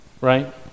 right